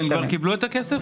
הם כבר קיבלו את הכסף?